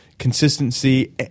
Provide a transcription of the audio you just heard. Consistency